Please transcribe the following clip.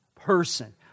person